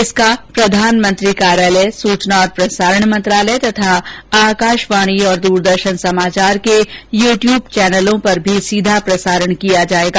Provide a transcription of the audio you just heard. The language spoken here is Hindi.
इसका प्रधानमंत्री कार्यालय सूचना और प्रसारण मंत्रालय तथा आकाशवाणी और द्रदर्शन समाचार के यू ट्यूब चैनलों पर भी सीधा प्रसारण किया जाएगा